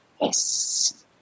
Yes